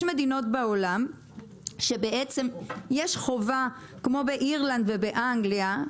יש מדינות בעולם שבעצם יש חובה כמו באירלנד ובאנגליה,